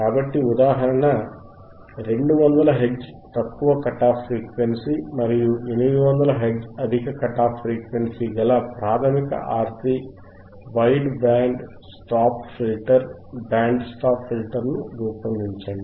కాబట్టి ఉదాహరణ 200 హెర్ట్జ్ తక్కువ కట్ ఆఫ్ ఫ్రీక్వెన్సీ మరియు 800 హెర్ట్జ్ అధిక కట్ ఆఫ్ ఫ్రీక్వెన్సీ గల ఒక ప్రాథమిక RC wide band stop filter band stop filter ను రూపొందించండి